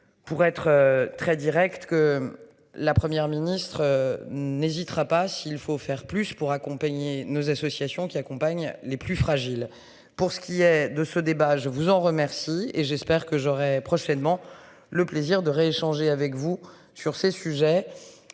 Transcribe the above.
Pour être très Direct que la Première ministre n'hésitera pas s'il faut faire plus pour accompagner nos associations qui accompagnent les plus fragiles. Pour ce qui est de ce débat, je vous en remercie et j'espère que j'aurai prochainement le plaisir d'de échanger avec vous sur ces sujets.